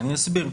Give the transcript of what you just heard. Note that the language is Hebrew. ואני אסביר.